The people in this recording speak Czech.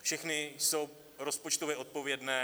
Všechny jsou rozpočtově odpovědné.